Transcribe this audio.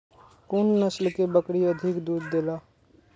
कुन नस्ल के बकरी अधिक दूध देला?